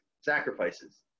sacrifices